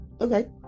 Okay